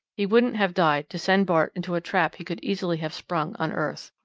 he wouldn't have died to send bart into a trap he could easily have sprung on earth.